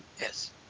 yes